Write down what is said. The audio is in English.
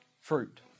fruit